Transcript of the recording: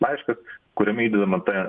laiškas kuriame įdedama ta